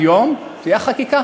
היום תהיה חקיקה